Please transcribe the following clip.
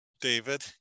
David